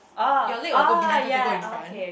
your leg will go behind first then go in front